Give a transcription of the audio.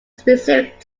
specific